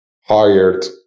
hired